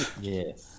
Yes